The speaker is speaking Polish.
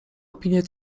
opinię